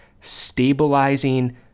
stabilizing